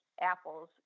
apples